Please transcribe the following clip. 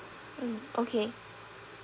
mm okay